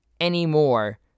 anymore